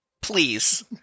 Please